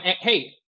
hey